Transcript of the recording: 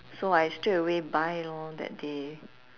so I straightaway buy lor that day